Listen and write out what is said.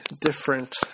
different